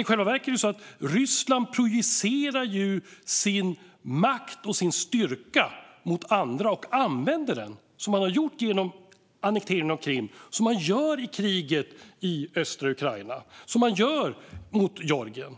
I själva verket är det så att Ryssland projicerar sin makt och sin styrka mot andra och använder den, vilket man gjort genom annekteringen av Krim, som man gör i kriget i östra Ukraina och som man gör mot Georgien.